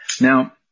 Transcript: Now